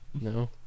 No